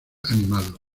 animado